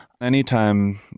Anytime